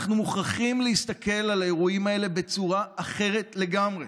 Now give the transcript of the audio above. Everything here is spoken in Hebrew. אנחנו מוכרחים להסתכל על האירועים האלה בצורה אחרת לגמרי.